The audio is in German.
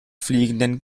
fliegenden